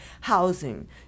housing